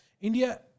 India